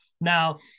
Now